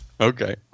okay